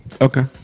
Okay